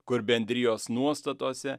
kur bendrijos nuostatuose